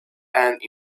and